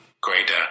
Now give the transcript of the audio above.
greater